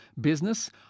business